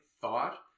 thought